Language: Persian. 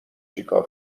چیکار